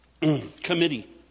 committee